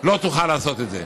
לא תוכל לעשות את זה.